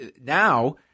now